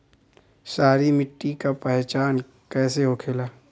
सारी मिट्टी का पहचान कैसे होखेला?